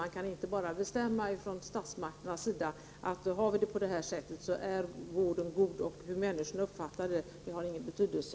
Man kan inte bara bestämma från statsmakternas sida att om vi har det på det här sättet så är vården god och hur människorna uppfattar den har ingen betydelse.